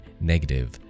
negative